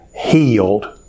healed